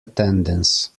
attendance